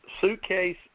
suitcase